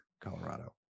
Colorado